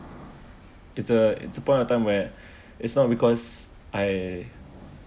it's a it's a point of time where it's not because I